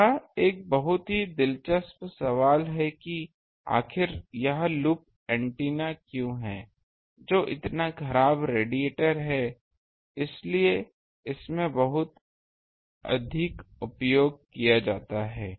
यह एक बहुत ही दिलचस्प सवाल है कि आखिर यह लूप एंटीना क्यों है जो इतना खराब रेडिएटर है इसलिए इसमें बहुत अधिक उपयोग किया जाता है